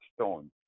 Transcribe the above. stone